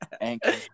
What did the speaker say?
Anchor